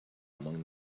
among